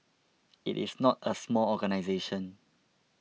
it is not a small organisation